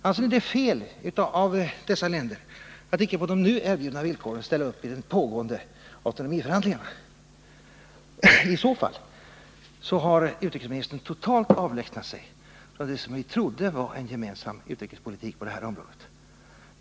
Anser ni att det är fel av dessa länder att icke på de nu erbjudna villkoren ställa upp i de pågående autonomiförhandlingarna? I så fall har utrikesministern totalt avlägsnat sig från det som vi trodde var en gemensam utrikespolitik på detta område.